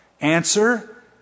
Answer